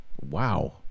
Wow